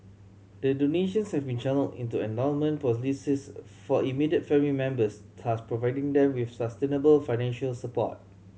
the donations have been channelled into endowment policies for immediate family members thus providing them with sustainable financial support